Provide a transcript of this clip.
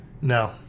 No